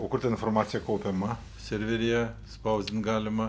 o kur ta informacija kaupiama serveryje spausdint galima